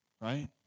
right